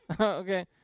Okay